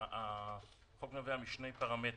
בחוק יש שני פרמטרים: